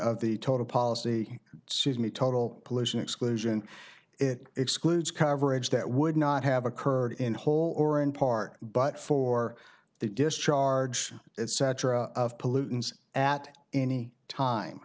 of the total policy sees me total pollution exclusion it excludes coverage that would not have occurred in whole or in part but for the discharge cetra of pollutants at any time